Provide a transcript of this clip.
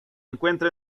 encuentra